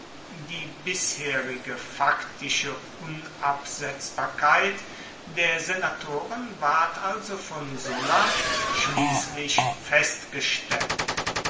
die bisherige faktische unabsetzbarkeit der senatoren ward also von sulla schließlich festgestellt